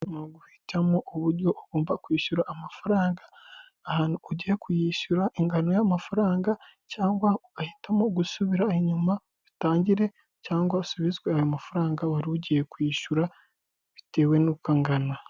Guhitamo uburyo ugomba kwishyura amafaranga ahantu ugiye kuyishyura ingano y'amafaranga cyangwa ugahitamo gusubira inyuma utangire cyangwa usubizwe ayo mafaranga wari ugiye kwishyura bitewe n'uko angana.